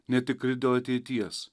netikri dėl ateities